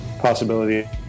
possibility